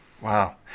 Wow